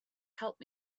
helped